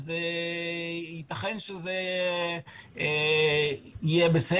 ייתכן שזה יהיה בסדר.